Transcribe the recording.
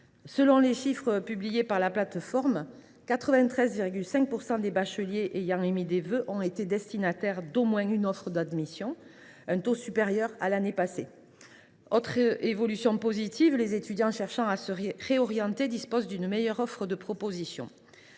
Selon les chiffres publiés par Parcoursup, 93,5 % des bacheliers ayant émis des vœux ont été destinataires d’au moins une offre d’admission, soit un taux supérieur à celui de l’année passée. Autre évolution positive, les étudiants cherchant à se réorienter disposent désormais de davantage de propositions.